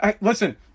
Listen